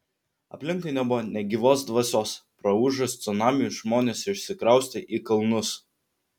aplinkui nebuvo nė gyvos dvasios praūžus cunamiui žmonės išsikraustė į kalnus